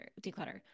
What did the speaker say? declutter